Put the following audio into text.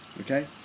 okay